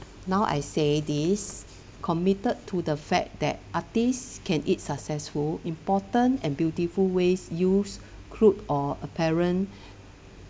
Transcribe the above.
now I say this committed to the fact that artists can eat successful important and beautiful ways use crude or apparent